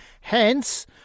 hence